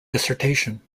dissertation